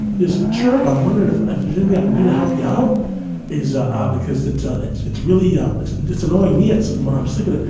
there's a chirp. i'm one in ah ah room i can do to help you out is ah ah because it's ah it's it's really, um, it's just annoying me. it's when i'm sleeping.